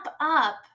up